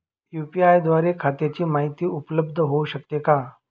UPI द्वारे खात्याची माहिती उपलब्ध होऊ शकते का?